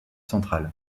centrale